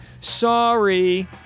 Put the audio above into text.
sorry